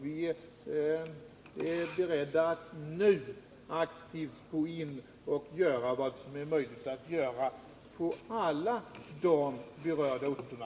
Vi är beredda att nu aktivt gå in och göra vad som är möjligt att göra på alla de berörda orterna.